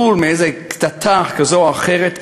מאיזה קטטה כזו או אחרת,